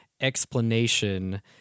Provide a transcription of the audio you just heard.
explanation